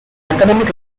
academic